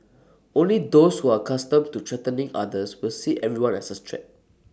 only those who are costumed to threatening others will see everyone as A threat